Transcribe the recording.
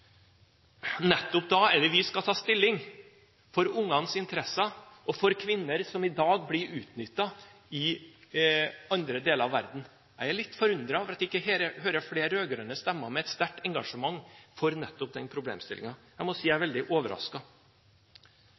Nettopp da er det vi skal ta stilling – for barnas interesser og for kvinner som i dag blir utnyttet i andre deler av verden. Jeg er litt forundret over at jeg ikke hører flere rød-grønne stemmer med et sterkt engasjement for nettopp den problemstillingen. Jeg må si jeg er veldig